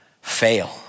fail